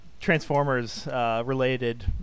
Transformers-related